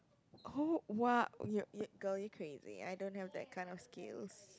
oh !wow! your you girl you're crazy I don't have that kind of skills